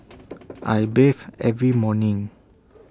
I bathe every morning